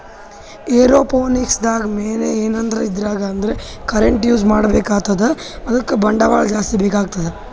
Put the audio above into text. aeroponics ದಾಗ್ main ಏನಂದ್ರ ಇದ್ರಾಗ್ ಕರೆಂಟ್ ಯೂಸ್ ಮಾಡ್ಬೇಕ್ ಆತದ್ ಅದಕ್ಕ್ ಬಂಡವಾಳ್ ಜಾಸ್ತಿ ಬೇಕಾತದ್